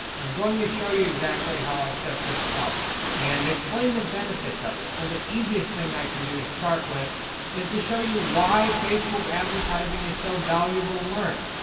i'm going to show you exactly how i set this up and explain the benefits of it, so the easiest thing i can do to start with is to show you why facebook advertising is so valuable to learn.